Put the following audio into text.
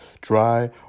dry